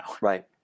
Right